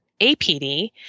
APD